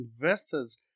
investors